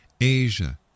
Asia